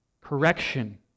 correction